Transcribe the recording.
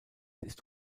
ist